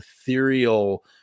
ethereal